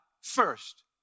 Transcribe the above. first